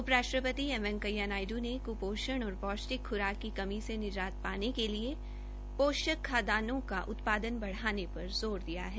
उपराष्ट्रपति एम वैकेंया नायडू ने कुपोषण और पौष्टिक खुराक की कमी से निजात पाने के लिए पौषक खायान्नों का उत्पादन बढ़ाने पर ज़ोर दिया है